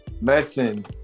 medicine